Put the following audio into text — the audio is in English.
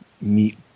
meet